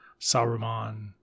Saruman